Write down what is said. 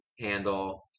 handle